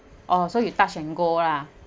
oh so you touch and go lah